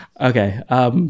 Okay